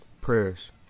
prayers